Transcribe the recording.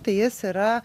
tai jis yra